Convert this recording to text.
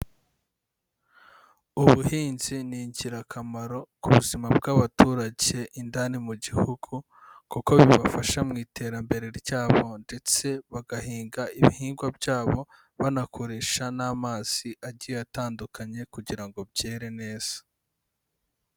Ubuhinzi ni ingirakamaro ku buzima bw'abaturage indani mu gihugu kuko bibafasha mu iterambere ryabo ndetse bagahinga ibihingwa byabo banakoresha n'amazi agiye atandukanye kugira ngo byere neza.